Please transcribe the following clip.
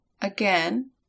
Again